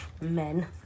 Men